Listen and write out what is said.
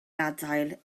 adael